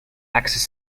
axis